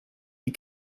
die